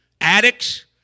addicts